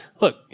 Look